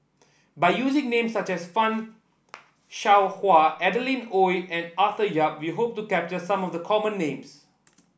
by using names such as Fan Shao Hua Adeline Ooi and Arthur Yap we hope to capture some of the common names